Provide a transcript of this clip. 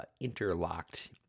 interlocked